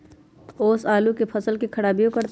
ओस आलू के फसल के खराबियों करतै?